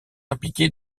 impliquée